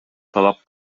талап